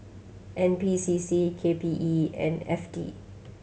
N P C C K P E and F T